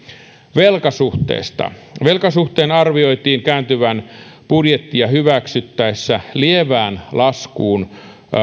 velkasuhteesta velkasuhteen arvioitiin kääntyvän budjettia hyväksyttäessä lievään laskuun